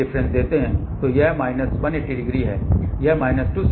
तो यह माइनस 180 है यह माइनस 270 है